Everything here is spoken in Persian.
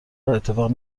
اتفاق